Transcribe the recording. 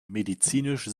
medizinisch